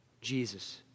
Jesus